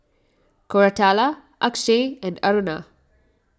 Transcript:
Koratala Akshay and Aruna